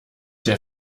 der